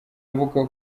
avuga